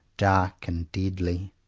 dark, and deadly.